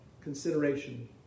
consideration